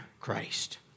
Christ